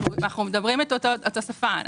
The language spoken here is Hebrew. אנחנו מדברים אותה שפה.